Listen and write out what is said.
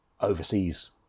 overseas